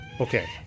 okay